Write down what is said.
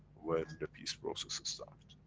when the peace processes started.